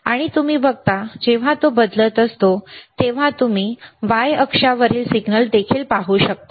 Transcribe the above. आणि तुम्ही बघता जेव्हा तो बदलत असतो तेव्हा तुम्ही y अक्षावरील सिग्नल देखील पाहू शकता